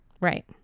Right